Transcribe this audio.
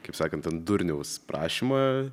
kaip sakant ant durniaus prašymą